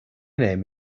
name